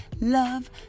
love